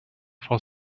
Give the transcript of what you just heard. for